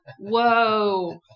Whoa